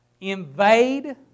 invade